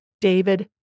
David